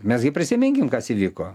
mes gi prisiminkim kas įvyko